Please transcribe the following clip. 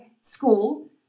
school